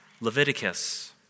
Leviticus